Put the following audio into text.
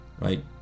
right